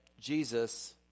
Jesus